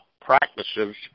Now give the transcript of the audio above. practices